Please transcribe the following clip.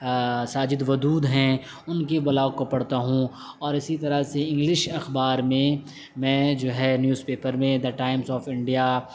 ساجد ودود ہیں ان کے بلاگ کو پڑھتا ہوں اور اسی طرح سے انگلش اخبار میں میں جو ہے نیوز پیپر میں دا ٹائمس آف انڈیا